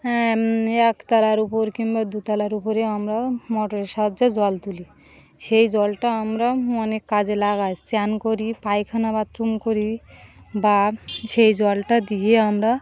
হ্যাঁ একতলার উপর কিংবা দুতলার উপরে আমরা মোটরের সাহায্যে জল তুলি সেই জলটা আমরা অনেক কাজে লাগাই চান করি পায়খানা বাথরুম করি বা সেই জলটা দিয়ে আমরা